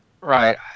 right